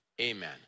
amen